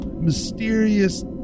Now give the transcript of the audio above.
mysterious